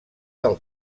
del